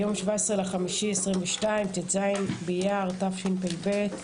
היום ה-17 במאי 2022, ט"ז באייר התשפ"ב.